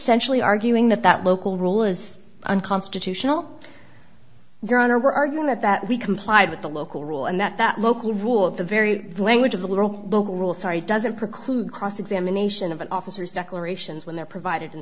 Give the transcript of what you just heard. ially arguing that that local rule is unconstitutional your honor we're arguing that that we complied with the local rule and that that local rule of the very language of the local rule sorry doesn't preclude cross examination of an officer's declarations when they're provided in